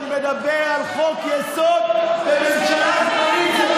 אני מדבר על חוק-יסוד בממשלה זמנית,